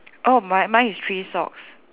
oh my mine is three socks